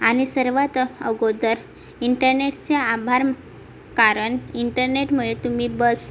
आणि सर्वात आगोदर इंटरनेटचे आभार मा कारण इंटरनेटमुळे तुम्ही बस